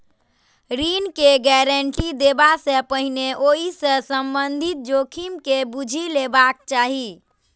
ऋण के गारंटी देबा सं पहिने ओइ सं संबंधित जोखिम के बूझि लेबाक चाही